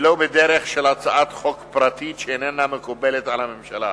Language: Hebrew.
ולא בדרך של הצעת חוק פרטית שאיננה מקובלת על הממשלה.